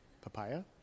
Papaya